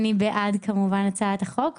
ואני בעד הצעת החוק כמובן.